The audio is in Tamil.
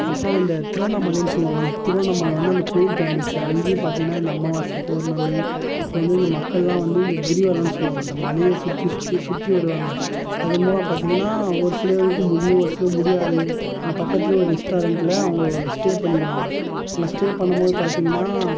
அப்புறம் இந்த திருவண்ணாமலைனு சொல்லுவாங்க அந்த திருவண்ணாமலை வந்து அந்த கோயில் ஃபேமஸ்ஸு அங்கேயும் பார்த்தீங்கன்னா இந்த அமாவாசை பௌர்ணமி அப்போ வந்து இந்த மக்களெல்லாம் வந்து இந்த கிரிவலம்னு சொல்லுவாங்க அந்த மலையை சுற்றி சுற்றி சுற்றி வருவாங்க அதன்மூலம் பார்த்தீங்கன்னா ஒரு சிலருக்கு முடிவும் ஒரு சிலருக்கு முடியாது அங்கே பக்கத்தில் ஒரு ரெஸ்டாரன்ட்டில் அவங்க ஸ்டே பண்ணிவிடுவாங்க அங்கே ஸ்டே பண்ணும் போது பார்த்தீங்கன்னா